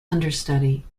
understudy